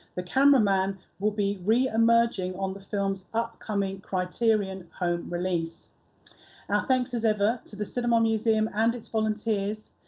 the cameraman, will be re-emerging on the film's upcoming criterion home release. our thanks as ever to the cinema museum and its volunteers,